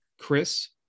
Chris